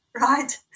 Right